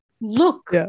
look